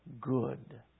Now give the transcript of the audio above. good